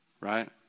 right